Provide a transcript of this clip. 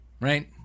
right